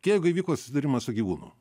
jeigu įvyko susidūrimas su gyvūnu